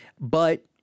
but-